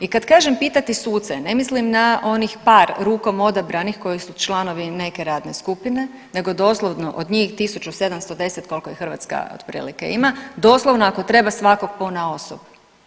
I kad kažem pitati suce ne mislim na onih par rukom odabranih koji su članovi neke radne skupine, nego doslovno od njih 1710 koliko ih Hrvatska otprilike ima doslovno ako treba svakog ponaosob.